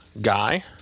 guy